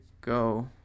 go